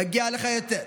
מגיע לך יותר,